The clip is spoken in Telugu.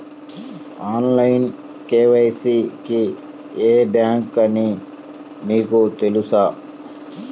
ఆన్లైన్ కే.వై.సి కి ఏ బ్యాంక్ అని మీకు తెలుసా?